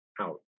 out